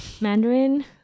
Mandarin